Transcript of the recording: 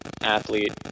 athlete